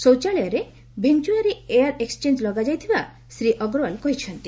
ଶୌଚାଳୟରେ ଭେଞ୍ରଆରୀ ଏୟାର ଏକ୍ ଲଗାଯାଇଥିବା ଶ୍ରୀ ଅଗ୍ରଓ୍ୱାଲ କହିଛନ୍ତି